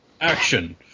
Action